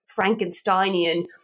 Frankensteinian